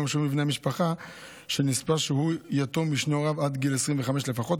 המשולמים לבן משפחה של נספה שהוא יתום משני הוריו עד גיל 25 לפחות,